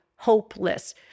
hopeless